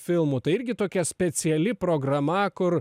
filmų tai irgi tokia speciali programa kur